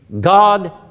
God